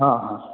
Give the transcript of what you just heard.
हाँ हाँ